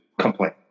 complain